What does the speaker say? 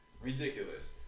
ridiculous